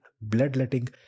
bloodletting